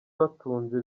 batunze